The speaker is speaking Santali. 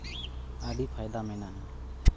ᱟᱹᱰᱤ ᱯᱷᱟᱭᱫᱟ ᱢᱮᱱᱟᱜᱼᱟ